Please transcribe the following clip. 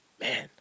Man